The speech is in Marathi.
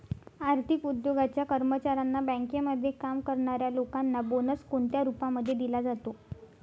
आर्थिक उद्योगाच्या कर्मचाऱ्यांना, बँकेमध्ये काम करणाऱ्या लोकांना बोनस कोणत्या रूपामध्ये दिला जातो?